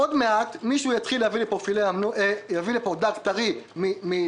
עוד מעט מישהו יתחיל להביא לפה דג טרי מדרום-מערב,